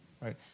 right